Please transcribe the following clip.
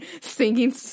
singing